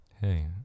Hey